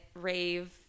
Rave